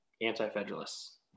anti-federalists